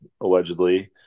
allegedly